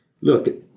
look